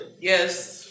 Yes